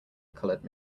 colored